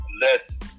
lets